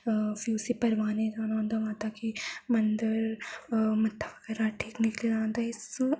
फिर उस्सी परवाने जाना होंदा माता गी मंदर मत्था टेकने जाना होंदा एह् साढ़े